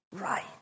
right